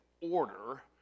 order